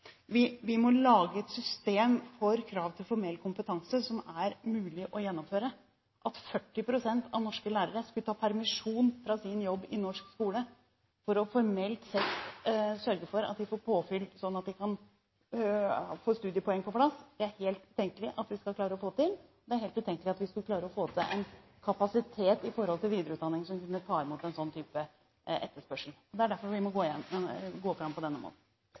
at vi må lage et system for krav til formell kompetanse som det er mulig å gjennomføre. At 40 pst. av norske lærere skulle ta permisjon fra sin jobb i norsk skole for at vi formelt sett skulle sørge for at de får påfyll og få studiepoengene på plass, er helt utenkelig – det er helt utenkelig at vi skulle klare å få til en kapasitet innen videreutdanning som kunne ta imot en sånn type etterspørsel. Det er derfor vi må gå fram på denne måten.